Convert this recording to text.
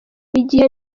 igihe